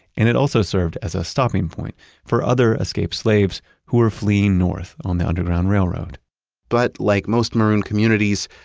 and it also served as a stopping point for other escaped slaves who were fleeing north on the underground railroad but, like most maroon communities,